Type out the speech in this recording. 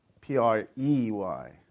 P-R-E-Y